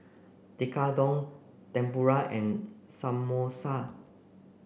Tekkadon Tempura and Samosa